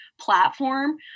platform